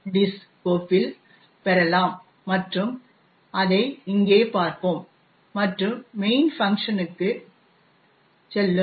diss கோப்பில் பெறலாம் மேலும் அதை இங்கே பார்ப்போம் மற்றும் மெயினஂ ஃபஙஂகஂஷனஂனுக்கு செல்லும்